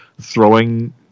throwing